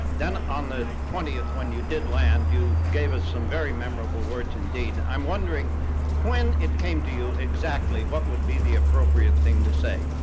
then, on twentieth when you did land, you gave us some very memorable words indeed, and i'm wondering when it came to you exactly what would be the appropriate thing to say?